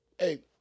Hey